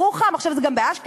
בירוחם, עכשיו זה גם באשקלון.